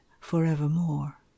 forevermore